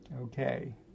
Okay